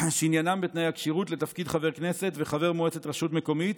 שעניינם בתנאי הכשירות לתפקיד חבר כנסת וחבר מועצת רשות מקומית,